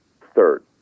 third